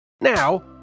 now